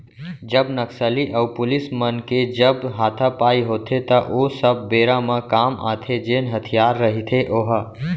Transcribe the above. जब नक्सली अऊ पुलिस मन के जब हातापाई होथे त ओ सब बेरा म काम आथे जेन हथियार रहिथे ओहा